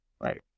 Right